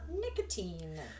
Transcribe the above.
nicotine